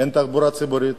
אין תחבורה ציבורית,